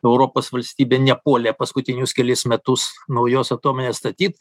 europos valstybė nepuolė paskutinius kelis metus naujos atominės statyt